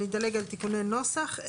אני אדלג על תיקוני נוסח.